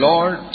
Lord